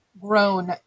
grown